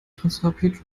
transrapid